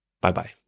Bye-bye